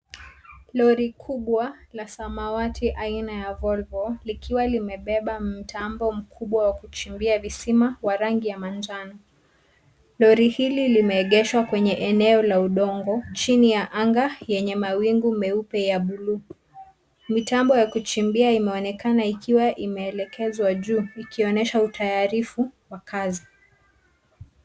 Lori kubwa la samawati aina ya Volvo likiwa limebeba mtambo mkubwa wa kuchimbia visima wa rangi ya manjano. Lori hili limeegeshwa kwenye eneo ya udongo chini ya anga yenye mawingu meupe ya bluu. Mitambo ya kuchimbia imeonekana ikiwa imeelekezwa juu ikionyesha utayarifu wa kazi.